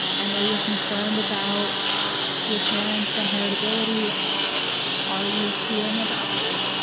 i know you're concerned about your parents, inheritability are you seeing a doctor?